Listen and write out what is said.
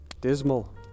Dismal